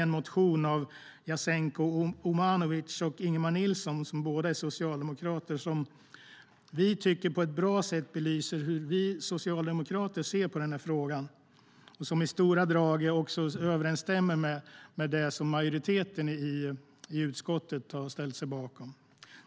En motion av Jasenko Omanovic och Ingemar Nilsson, som båda är socialdemokrater, belyser på ett bra sätt hur vi socialdemokrater ser på frågan, och det överensstämmer också i stora drag med det som majoriteten i utskottet ställt sig bakom.